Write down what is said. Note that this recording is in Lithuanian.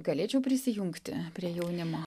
galėčiau prisijungti prie jaunimo